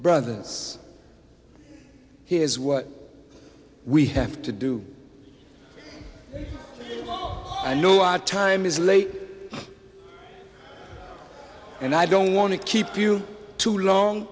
has what we have to do i know our time is late and i don't want to keep you too long